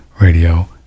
radio